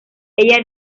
ella